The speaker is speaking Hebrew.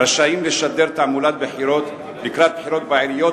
רשאים לשדר תעמולת בחירות לקראת בחירות בעיריות